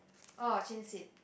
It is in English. oh change seat